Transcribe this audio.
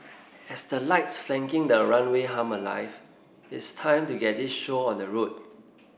as the lights flanking the runway hum alive it's time to get this show on the road